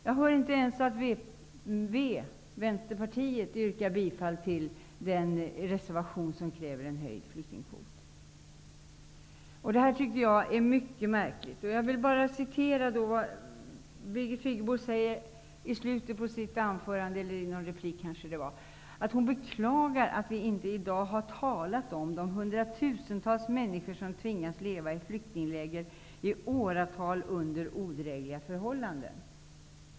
Jag kan inte ens höra att Vänsterpartiet yrkar bifall till den reservation som kräver en höjd flyktingkvot. Jag tycker att detta är mycket märkligt. Birgit Friggebo säger i slutet på sitt anförande eller i någon replik att hon beklagar att vi inte i dag har talat om de hundratusentals människor som tvingas leva i flyktingläger i åratal under odrägliga förhållanden.